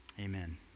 Amen